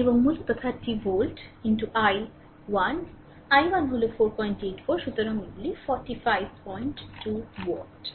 এবং মূলত 30 volt i 1 i 1 হল 484 সুতরাং এগুলি 452 ওয়াট